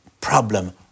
problem